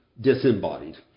disembodied